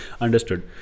understood